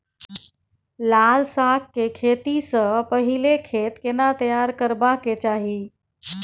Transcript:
लाल साग के खेती स पहिले खेत केना तैयार करबा के चाही?